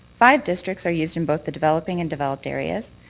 five districts are used in both the developing and developed areas.